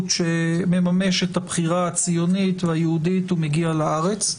שמממש את הבחירה הציונית והיהודית ומגיע לארץ.